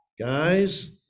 Guys